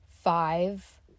five